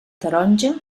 taronja